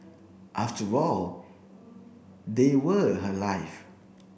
after all they were her life